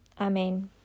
Amen